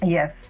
Yes